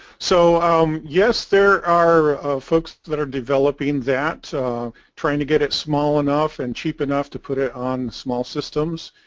so yes there are folks that are developing that trying to get it small enough and cheap enough to put it on small systems.